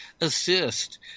assist